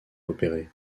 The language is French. repéré